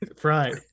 Fried